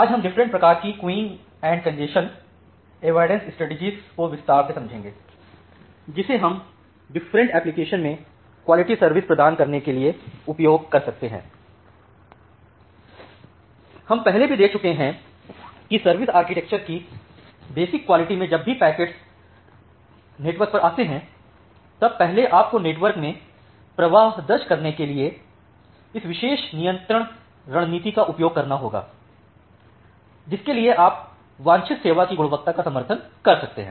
आज हम डिफरेंट प्रकार की queuing and congestion avoidance strategies को विस्तार से समझेंगे जिसे हम डिफरेंट एप्लीकेशन में क्वालिटी सर्विस प्रदान करने के लिए उपयोग कर सकते हैं हम पहले भी देख चुके हैं कि सर्विस आर्किटेक्चर की बेसिक क्वालिटी में जब भी पैकेट्स नेटवर्क पर आते हैं तब पहले आपको नेटवर्क में प्रवाह दर्ज करने के लिए इस प्रवेश नियंत्रण रणनीति का उपयोग करना होगा जिसके लिए आप वांछित सेवा की गुणवत्ता का समर्थन कर सकते हैं